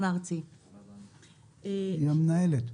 נאמר כאן שאין כאן מספיק היערכות.